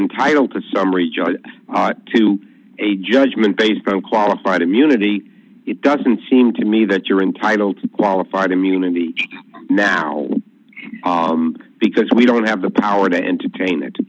entitled to a summary judgment to a judgment based on qualified immunity it doesn't seem to me that you're entitled to qualified immunity now because we don't have the power to entertain